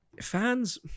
fans